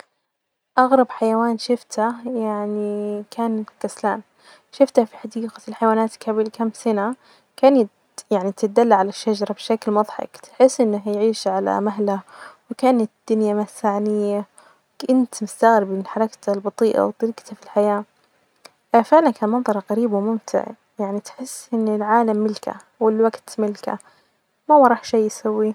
أغرب حيوان شفتة ،يعني كان الكسلان، شفته في حديقة الحيوان جبل كام سنة، كانت يعني تدلي علي الشجرة بشكل مظحك، تحس أنه يعيش علي مهلة وكانت الدنيا ما تساعنية ،كنت بستغرب من حركتة البطيئة وطريجتة في الحياة فعلا كان منظر غريب وممتع ،يعني تحس إن العالم ملكة والوجت ملكة ما وراة شئ يسوية.